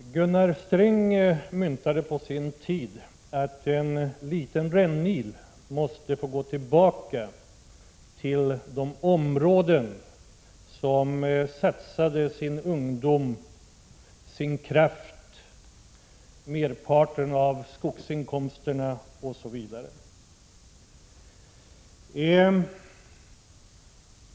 Herr talman! Gunnar Sträng myntade på sin tid uttrycket att en liten rännil måste få gå tillbaka till de områden som satsat sin ungdom, sin kraft, merparten av skogsinkomsterna osv.